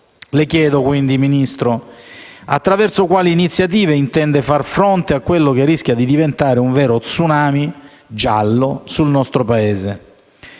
Le chiedo quindi, signor Ministro, attraverso quali iniziative intende far fronte a quello che rischia di diventare un vero *tsunami* giallo sul nostro Paese.